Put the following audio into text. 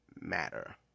matter